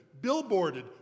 billboarded